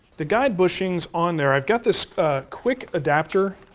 the guide bushings on there, i've got this quick adapter,